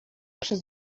przez